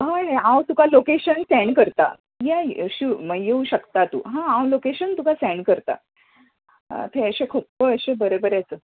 हय हय हांव तुका लॉकेशन सँड करतां येवूंक शकता तूं हय हांव लॉकेशन तुका सँड करता खूब अशें बरें बरें आसा